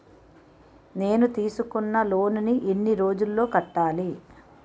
నేను తీసుకున్న లోన్ నీ ఎన్ని రోజుల్లో కట్టాలి?